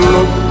Look